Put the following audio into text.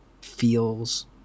feels